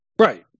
Right